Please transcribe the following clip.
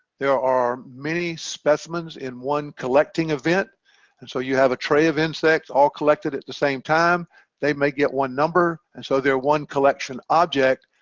there are many specimens in one collecting event and so you have a tray of insects all collected at the same time they may get one number and so they're one collection object,